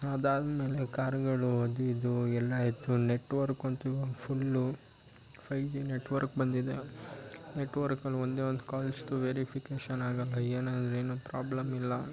ಅದು ಆದಮೇಲೆ ಕಾರುಗಳು ಅದು ಇದು ಎಲ್ಲ ಇತ್ತು ನೆಟ್ವರ್ಕ್ ಅಂತೂ ಫುಲ್ಲು ಫೈವ್ ಜಿ ನೆಟ್ವರ್ಕ್ ಬಂದಿದೆ ನೆಟ್ವರ್ಕಲ್ಲಿ ಒಂದೇ ಒಂದು ಕಾಲ್ಸ್ದು ವೆರಿಫಿಕೇಷನ್ ಆಗೋಲ್ಲ ಏನಂದ್ರೆ ಏನು ಪ್ರಾಬ್ಲಮ್ ಇಲ್ಲ